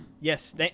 Yes